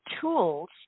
tools